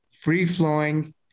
free-flowing